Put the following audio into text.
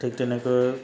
ঠিক তেনেকৈ